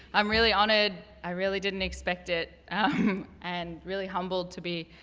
i'm really honored. i really didn't expect it and really humbled to be